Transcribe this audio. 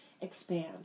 expand